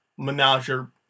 Menager